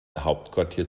hauptquartier